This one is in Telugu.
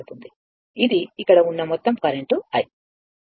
ఇది ఇక్కడ ఉన్న మొత్తం కరెంట్ i